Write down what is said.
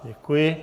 Děkuji.